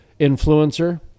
influencer